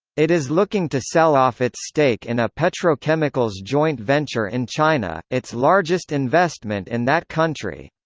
it is looking to sell off its stake in a petrochemicals joint venture in china, its largest investment in that country.